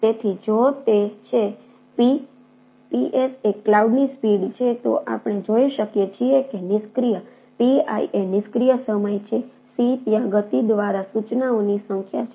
તેથી જો તે છે p Ps એ ક્લાઉડની સ્પીડ છે તો આપણે જોઈ શકીએ છીએ કે નિષ્ક્રિય Pi એ નિષ્ક્રિય સમય છે C ત્યાં ગતિ દ્વારા સૂચનાઓની સંખ્યા છે